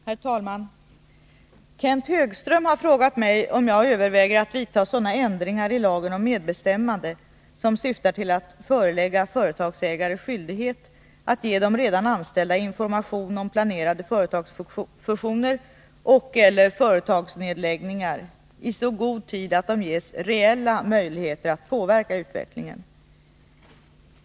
Herr talman! Kenth Högström har frågat mig om jag överväger att vidta sådana ändringar i lagen om medbestämmande som syftar till att förelägga företagsägare skyldighet att ge de anställda information om planerade ” företagsfusioner och/eller företagsnedläggningar i så god tid att de ges reella möjligheter att påverka utvecklingen.